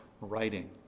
writing